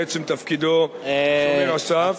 מעצם תפקידו כשומר הסף,